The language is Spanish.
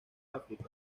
áfrica